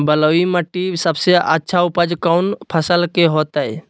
बलुई मिट्टी में सबसे अच्छा उपज कौन फसल के होतय?